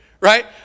right